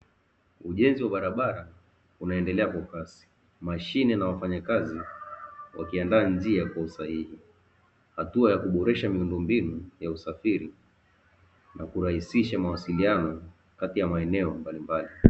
Ujenzi wa barabara unaendelea kwa kasi mashine na wafanyakazi wakiandaa njia kwa usahii, hatua ya kuboresha miundo mbinu ya usafiri na kurahisisha mawasiliano kati ya maeneo mbalimbali.